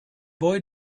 boy